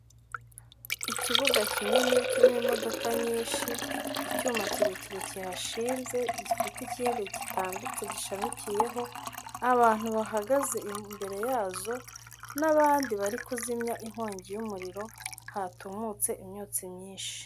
Ikibuga kinini kirimo imodoka nyinshi, icyuma kirekire kihashinze gifite ikindi gitambitse gishamikiyeho, abantu bahagaze imbere yazo n'abandi bari kuzimya inkongi y'umuriro hatumutse imyotsi myinshi.